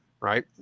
Right